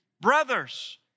brothers